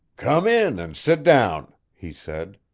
come in and sit down, he said.